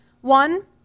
One